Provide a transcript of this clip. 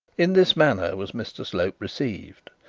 in this manner was mr slope received.